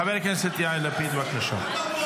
חבר הכנסת יאיר לפיד, בבקשה.